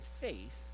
faith